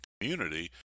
community